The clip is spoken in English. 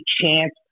chance